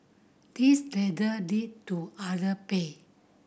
this ladder lead to other pay